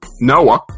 Noah